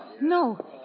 no